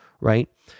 right